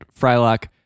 Frylock